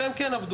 והם כן עבדו.